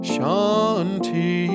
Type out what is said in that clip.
Shanti